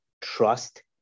trust